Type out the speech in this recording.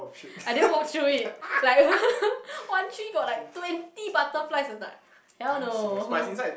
I didn't walk through it like one three got like twenty butterflies I was like hell no